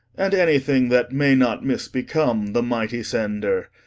and any thing that may not mis-become the mightie sender,